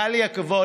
היה לי הכבוד,